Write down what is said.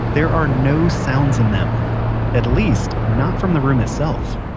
there are no sounds in them at least, not from the room itself.